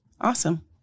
Awesome